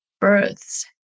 births